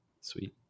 Sweet